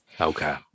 Okay